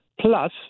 Plus